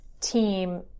team